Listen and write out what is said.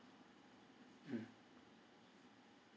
mm